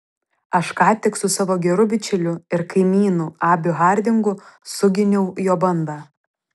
aš ką tik su savo geru bičiuliu ir kaimynu abiu hardingu suginiau jo bandą